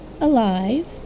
Alive